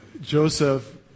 Joseph